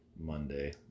Monday